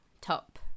top